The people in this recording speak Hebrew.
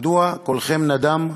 מדוע קולכם נדם?